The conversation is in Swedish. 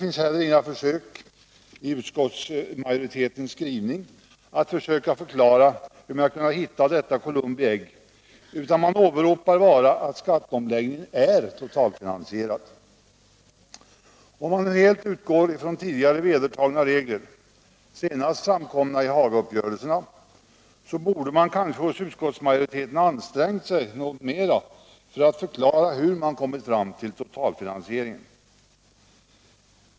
Det har heller inte gjorts några försök i utskottsmajoritetens skrivning att förklara hur man kunnat hitta detta Columbi ägg, utan man åberopar bara att skatteomläggningen är totalfinansierad. Om man nu helt skall frångå tidigare vedertagna regler, senast framkomna i Hagauppgörelserna, borde kanske utskottsmajoriteten ha ansträngt sig något mer för att förklara hur man kommit fram till denna totalfinansiering.